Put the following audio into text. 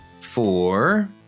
Four